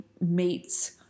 meets